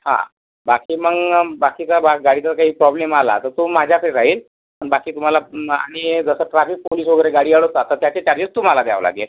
हा बाकी मग बाकीचा भाग गाडीचा काही प्रॉब्लेम आला तर तो माझ्याकडे राहील आणि बाकी तुम्हाला आणि जसं ट्राफिक पोलीस वगैरे गाडी अडवतात तर त्याचे चार्जेस तुम्हाला द्यावं लागेल